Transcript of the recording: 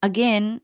Again